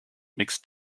mixt